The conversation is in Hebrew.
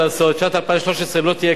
שנת 2013 לא תהיה קלה,